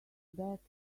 back